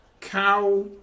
Cow